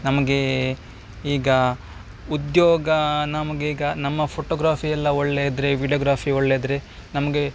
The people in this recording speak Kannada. ನಮಗೆ ಈಗ ಉದ್ಯೋಗ ನಮಗೀಗ ನಮ್ಮ ಫೋಟೋಗ್ರಫಿಯೆಲ್ಲ ಒಳ್ಳೆದಿದ್ರೆ ವೀಡಿಯೋಗ್ರಫಿ ಒಳ್ಳೆದಿದ್ರೆ ನಮಗೆ